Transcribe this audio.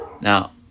Now